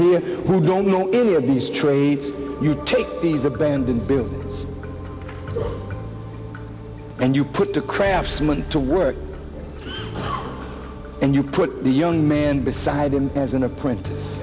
here we don't know any of these trades you take these abandoned buildings and you put the craftsman to work and you put the young man beside him as an apprentice